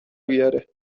بگیره